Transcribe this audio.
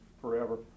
forever